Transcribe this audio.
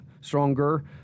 stronger